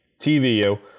TVU